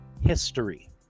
history